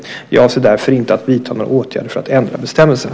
Jag avser därför inte att vidta några åtgärder för att ändra bestämmelserna.